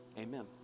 Amen